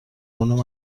اونم